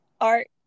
Art